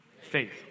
faith